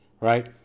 right